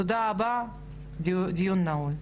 תודה רבה, הדיון נעול.